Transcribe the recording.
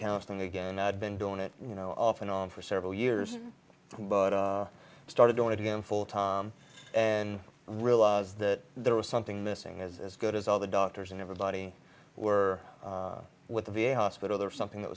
counseling again i'd been doing it you know off and on for several years but i started doing it again for tom and realize that there was something missing as good as all the doctors and everybody were with the v a hospital there was something that